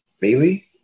Bailey